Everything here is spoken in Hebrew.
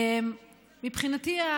מבחינתי,